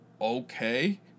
okay